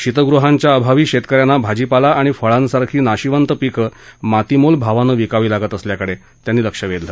शीतगृहांच्या अभावी शेतकऱ्यांना भाजीपाला आणि फळांसारखी नाशवंत पिकं मातीमोल भावानं विकावी लागत असल्याकडे त्यांनी लक्ष वेधलं